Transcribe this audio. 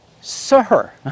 sir